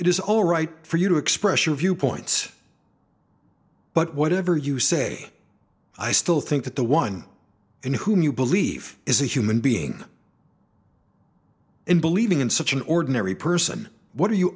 it is alright for you to express your viewpoint but whatever you say i still think that the one in whom you believe is a human being and believing in such an ordinary person what are you